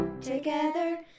together